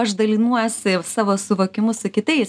aš dalinuosi savo suvokimu su kitais